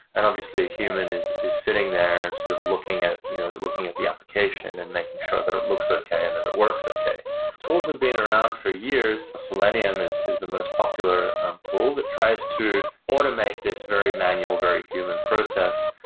and obviously, a human is is sitting there sort of looking at you know looking at the application and making sure that it looks okay and that it works okay tools have been around for years. selenium is is the most popular tool that tries to automate this very manual, very human process.